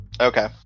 Okay